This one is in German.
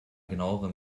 genauerem